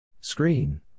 Screen